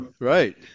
Right